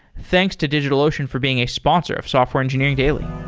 thanks to digitalocean for being a sponsor of software engineering daily.